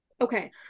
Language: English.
okay